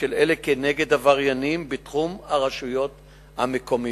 של אלה כנגד עבריינים בתחום הרשויות המקומיות.